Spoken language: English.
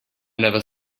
never